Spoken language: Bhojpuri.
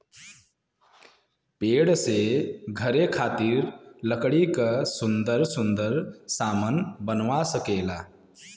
पेड़ से घरे खातिर लकड़ी क सुन्दर सुन्दर सामन बनवा सकेला